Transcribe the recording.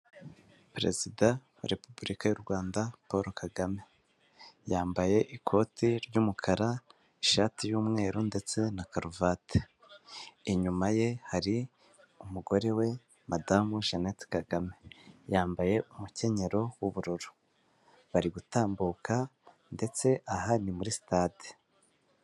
Perezida wa Repubulika y'u Rwanda Paul Kagame yambaye ikote ry'umukara, ishati y'umweru ndetse na karuvate. Inyuma ye hari umugore we madamu Jeannette Kagame yambaye umukenyero w'ubururu, bari gutambuka ndetse ahari ni muri sitade.